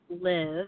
live